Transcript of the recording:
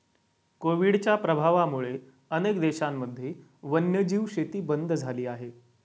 कोविडच्या प्रभावामुळे अनेक देशांमध्ये वन्यजीव शेती बंद झाली आहे